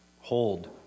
hold